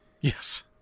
Yes